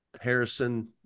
Harrison